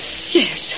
Yes